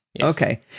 Okay